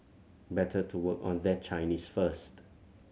better to work on their Chinese first